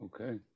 Okay